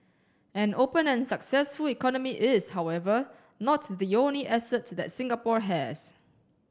an open and successful economy is however not the only asset that Singapore has